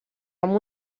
amb